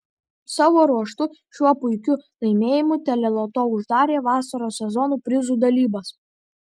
savo ruožtu šiuo puikiu laimėjimu teleloto uždarė vasaros sezono prizų dalybas